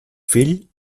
fill